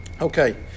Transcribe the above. Okay